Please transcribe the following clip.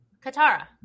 Katara